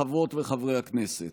חברות וחברי הכנסת,